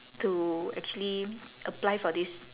to actually apply for this